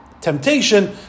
Temptation